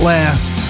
Last